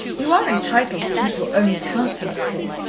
you are entitled to keep your own counsel, of course,